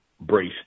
brace